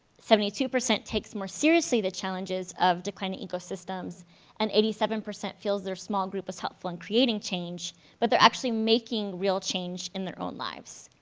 seventy two percent takes more seriously the challenges of declining ecosystems and eighty seven percent feels their small group is helpful in creating change but they're actually making real change in their own lives.